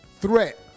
threat